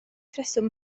rheswm